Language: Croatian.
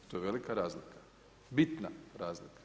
To je velika razlika, bitna razlika.